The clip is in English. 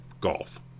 Golf